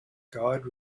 god